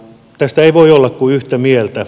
tästä ei voi olla kuin yhtä mieltä